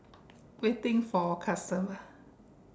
waiting for customer